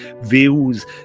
views